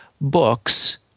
books